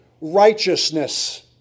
righteousness